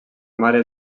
mare